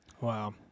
Wow